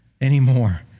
anymore